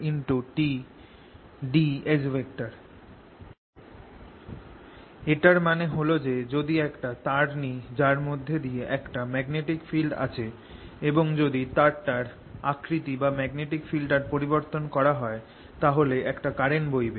emf ddtՓ ddtBrtds এটার মানে হল যে যদি একটা তার নি যার মধ্যে দিয়ে একটা ম্যাগনেটিক ফিল্ড আছে এবং যদি তারটার আকৃতি বা ম্যাগনেটিক ফিল্ডটার পরিবর্তন করা হয় তাহলে একটা কারেন্ট বইবে